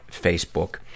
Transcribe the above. Facebook